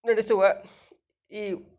ನಡೆಸುವ ಈ